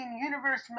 Universe